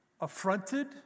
affronted